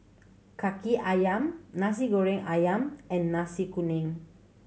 Kaki Ayam Nasi Goreng Ayam and Nasi Kuning